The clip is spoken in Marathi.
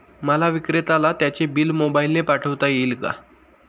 मला विक्रेत्याला त्याचे बिल मोबाईलने पाठवता येईल का?